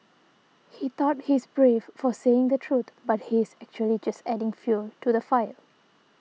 he thought he's brave for saying the truth but he's actually just adding fuel to the fire